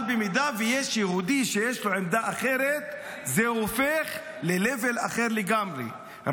אבל במידה ויש יהודי שיש לו עמדה אחרת זה הופך ל-level אחר לגמרי,